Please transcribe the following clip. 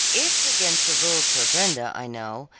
it's against the rules for brenda, i know,